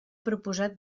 proposat